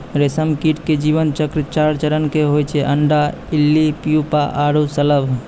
रेशम कीट के जीवन चक्र चार चरण के होय छै अंडा, इल्ली, प्यूपा आरो शलभ